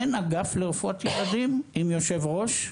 אין אגף לרפואת ילדים עם יושב ראש,